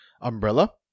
umbrella